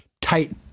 tight